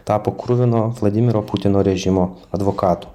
tapo kruvino vladimiro putino režimo advokatu